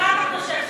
אבל מה אתה חושב,